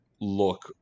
look